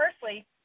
Firstly